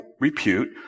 repute